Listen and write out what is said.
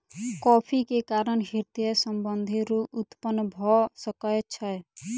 coffee के कारण हृदय संबंधी रोग उत्पन्न भअ सकै छै